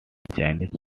chinese